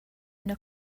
üna